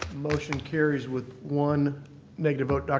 motion carries with one negative vote.